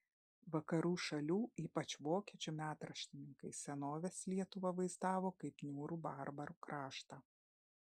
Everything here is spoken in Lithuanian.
vakarų šalių ypač vokiečių metraštininkai senovės lietuvą vaizdavo kaip niūrų barbarų kraštą